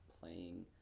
playing